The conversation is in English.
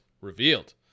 revealed